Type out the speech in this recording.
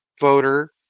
voter